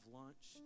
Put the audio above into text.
lunch